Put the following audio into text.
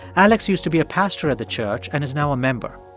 alex used to be a pastor at the church and is now a member.